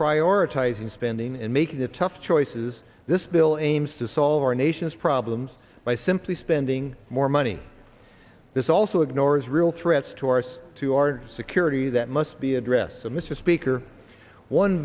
prioritizing spending and making the tough choices this bill aims to solve our nation's problems by simply spending more money this also ignores real threats to our so to our security that must be addressed to mr speaker one